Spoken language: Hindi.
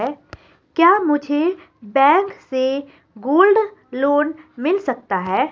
क्या मुझे बैंक से गोल्ड लोंन मिल सकता है?